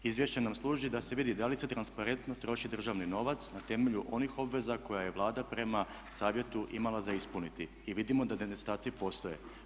Izvješće nam služi da se vidi da li se transparentno troši državni novac na temelju onih obveza koje je Vlada prema Savjetu imala za ispuniti i vidimo da nedostaci postoje.